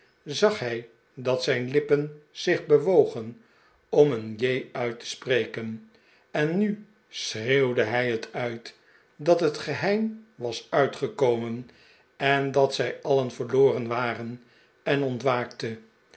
zag hij dat zijn lippen zich bewogen om een j uit te spreken en nu schreeuwde hij het uit dat het geheim was uitgekomen en dat zij alien verloren waren en ontwaakte